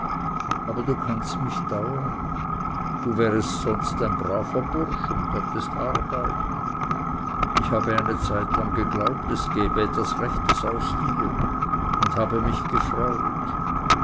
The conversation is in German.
aber du kannst mich dauren du wärest sonst ein braver bursch und könntest arbeiten ich habe eine zeitlang geglaubt es gebe etwas rechtes aus dir und habe mich gefreut